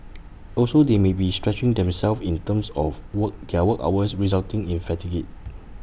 also they may be stretching themselves in terms of work their work hours resulting in fatigue